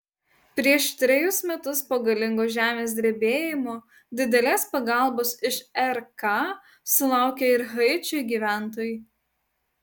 prieš trejus metus po galingo žemės drebėjimo didelės pagalbos iš rk sulaukė ir haičio gyventojai